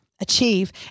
achieve